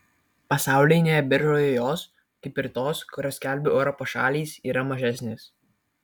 pasaulinėje biržoje jos kaip ir tos kurias skelbia europos šalys yra mažesnės